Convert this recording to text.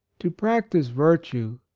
to practise virtue,